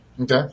Okay